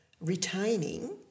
Retaining